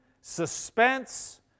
suspense